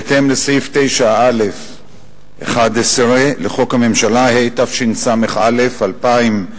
בהתאם לסעיף 9(א)(11) לחוק הממשלה, התשס"א-2001,